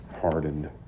hardened